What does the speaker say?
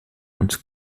uns